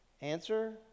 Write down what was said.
Answer